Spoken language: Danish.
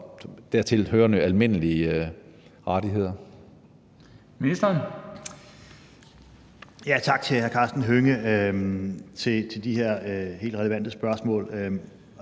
og dertilhørende almindelige rettigheder.